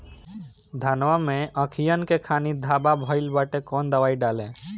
धनवा मै अखियन के खानि धबा भयीलबा कौन दवाई डाले?